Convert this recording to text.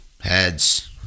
Heads